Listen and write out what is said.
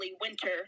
winter